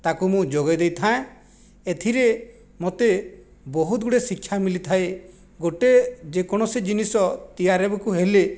ତାକୁ ମୁଁ ଯୋଗାଇ ଦେଇଥାଏଁ ଏଥିରେ ମୋତେ ବହୁତ ଗୁଡିଏ ଶିକ୍ଷା ମିଲିଥାଏ ଗୋଟିଏ ଯେକୌଣସି ଜିନିଷ ତିଆରିବାକୁ ହେଲେ